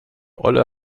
olle